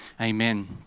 Amen